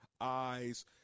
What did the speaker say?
eyes